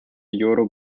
yodel